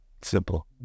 Simple